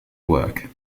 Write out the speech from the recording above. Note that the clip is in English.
work